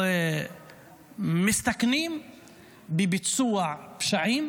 מסתכנים בביצוע פשעים